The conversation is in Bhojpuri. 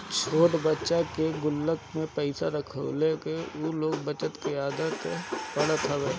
छोट बच्चन के गुल्लक में पईसा रखवला से उ लोग में बचत कइला के आदत पड़त हवे